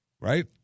Right